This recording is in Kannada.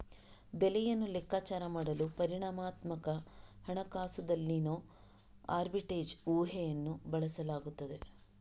ಬೆಲೆಯನ್ನು ಲೆಕ್ಕಾಚಾರ ಮಾಡಲು ಪರಿಮಾಣಾತ್ಮಕ ಹಣಕಾಸುದಲ್ಲಿನೋ ಆರ್ಬಿಟ್ರೇಜ್ ಊಹೆಯನ್ನು ಬಳಸಲಾಗುತ್ತದೆ